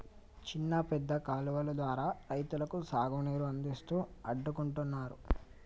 చిన్న పెద్ద కాలువలు ద్వారా రైతులకు సాగు నీరు అందిస్తూ అడ్డుకుంటున్నారు